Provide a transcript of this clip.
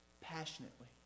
passionately